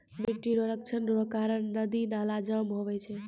मिट्टी रो क्षरण रो कारण नदी नाला जाम हुवै छै